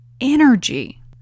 energy